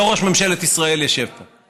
לא ראש ממשלת ישראל ישב בו?